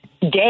day